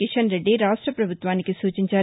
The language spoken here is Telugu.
కిషన్ రెడ్డి రాష్ట పభుత్వానికి సూచించారు